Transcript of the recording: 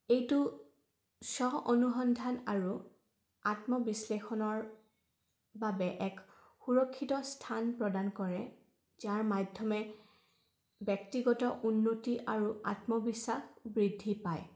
এইটো স্ব অনুসন্ধান আৰু আত্মবিশ্লেষণৰ বাবে এক সুৰক্ষিত স্থান প্ৰদান কৰে যাৰ মাধ্যমে ব্যক্তিগত উন্নতি আৰু আত্মবিশ্বাস বৃদ্ধি পায়